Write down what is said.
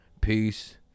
peace